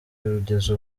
kugeza